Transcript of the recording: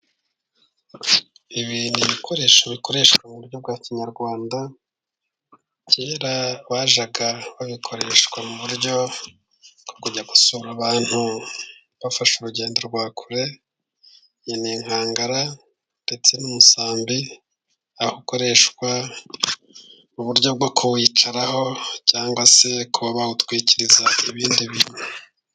Ibi ni ibikoresho bikoreshwa mu buryo bwa kinyarwanda, kera bajyaga babikoreshwa mu buryo bwo kujya gusura abantu, bafashe urugendo rwa kure iyi ni inkangara ndetse n'umusambi, aho ukoreshwa uburyo bwo kuwicaraho cyangwa se kuba bawutwikiriza ibindi bintu.